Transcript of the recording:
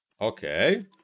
Okay